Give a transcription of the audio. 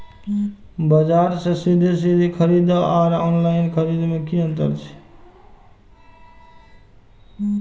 बजार से सीधे सीधे खरीद आर ऑनलाइन खरीद में की अंतर छै?